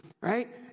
right